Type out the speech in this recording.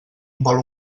vol